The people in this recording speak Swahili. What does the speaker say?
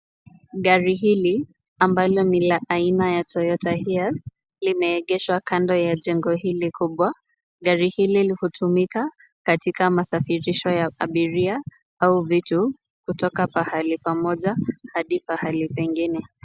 Gari hili ambalo ni la Toyota Hoyas, limeegeshwa kando ya jengo hili kubwa. Gari hili hutumika katika masafirisho ya abiria au vitu kutoka pahali pamoja hadi pahali pengine.